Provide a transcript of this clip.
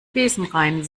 besenrein